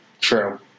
True